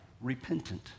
repentant